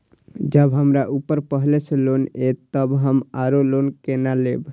जब हमरा ऊपर पहले से लोन ये तब हम आरो लोन केना लैब?